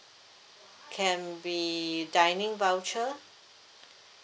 can be dining voucher